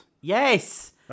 Yes